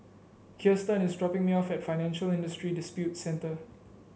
Kiersten is dropping me off at Financial Industry Disputes Center